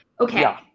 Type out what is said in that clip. okay